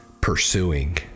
pursuing